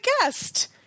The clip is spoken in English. guest